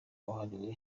wahariwe